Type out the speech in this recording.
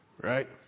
right